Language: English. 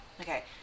okay